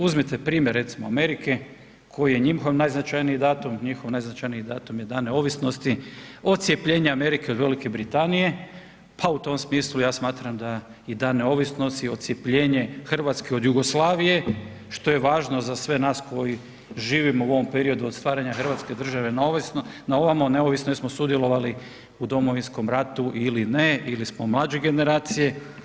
Uzmite primjer recimo Amerike koji je njihov najznačajniji datum, njihov najznačajniji datum je dan neovisnosti, odcjepljenja Amerike od Velike Britanije, pa u tom smislu ja smatram da i Dan neovisnosti odcjepljenje Hrvatske od Jugoslavije što je važno za sve nas koji živimo u ovom periodu od stvaranja Hrvatske države naovamo neovisno jesmo sudjelovali u Domovinskom ratu ili ne ili smo mlađe generacije.